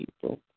people